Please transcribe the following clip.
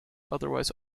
otherwise